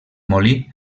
molí